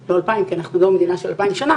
לא אלפיים, כי אנחנו לא מדינה של אלפיים שנה,